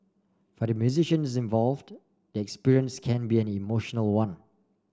for the musicians involved the experience can be an emotional one